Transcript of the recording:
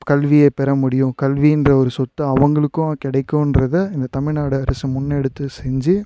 கல்வியை பெற முடியும் கல்வின்ற ஒரு சொத்து அவங்களுக்கும் கிடைக்குன்றத இந்த தமிழ்நாடு அரசு முன்னெடுத்து செஞ்சு